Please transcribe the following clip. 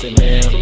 man